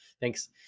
Thanks